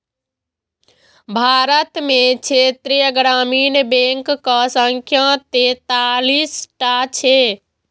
भारत मे क्षेत्रीय ग्रामीण बैंकक संख्या तैंतालीस टा छै